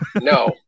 No